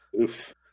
Oof